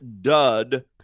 dud